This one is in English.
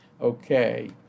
Okay